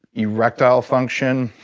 erectile function,